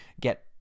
get